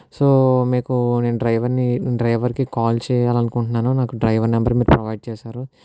so మీకు నేను డ్రైవర్ని డ్రైవర్కి కాల్ చేయాలనుకుంటున్నాను నాకు డ్రైవర్ నెంబరు మీరు ప్రొవైడ్ చేశారు